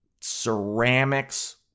ceramics